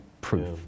proof